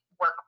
work